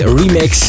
remix